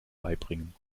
beibringen